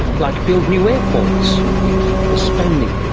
like build new airports. we keep postponing,